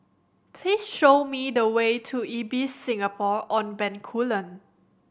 please show me the way to Ibis Singapore On Bencoolen